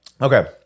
Okay